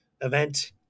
event